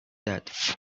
that